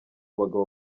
bagabo